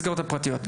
פרטיות.